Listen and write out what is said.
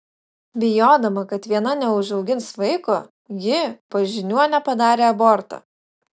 bijodama kad viena neužaugins vaiko ji pas žiniuonę padarė abortą